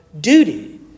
duty